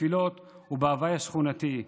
בתפילות ובהווי השכונתי.